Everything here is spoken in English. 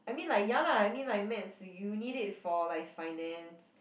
I mean like ya lah I mean like maths you need it for like finance